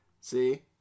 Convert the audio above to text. See